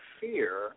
fear